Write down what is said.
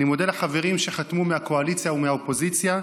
אני מודה לחברים שחתמו מהקואליציה ומהאופוזיציה,